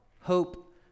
hope